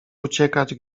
uciekać